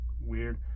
weird